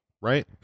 right